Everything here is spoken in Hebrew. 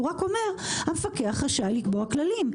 הוא רק אומר שהמפקח רשאי לקובע כללים.